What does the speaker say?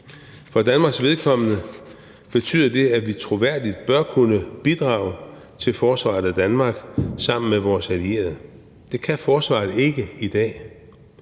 For Danmarks vedkommende betyder det, at vi troværdigt bør kunne bidrage til forsvaret af Danmark sammen med vores allierede. Det kan forsvaret ikke i dag,